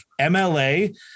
MLA